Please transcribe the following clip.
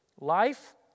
life